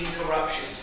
corruption